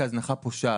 כהזנחה פושעת.